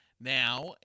Now